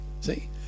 See